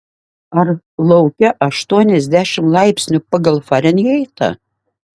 ar lauke aštuoniasdešimt laipsnių pagal farenheitą